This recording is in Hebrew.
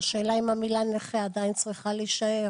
השאלה אם המילה נכה עדיין צריכה להישאר,